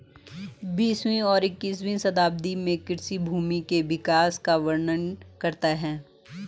बीसवीं और इक्कीसवीं शताब्दी में कृषि भूमि के विकास का वर्णन करता है